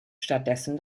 stattdessen